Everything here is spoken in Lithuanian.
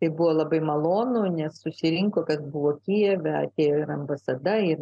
tai buvo labai malonu nes susirinko kas buvo kijeve ir ambasada ir